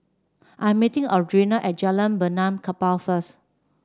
I'm meeting Audrina at Jalan Benaan Kapal first